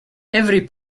every